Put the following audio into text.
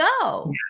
go